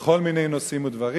בכל מיני נושאים ודברים.